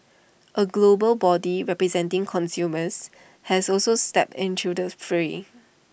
A global body representing consumers has also stepped into the fray